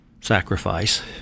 sacrifice